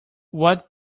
what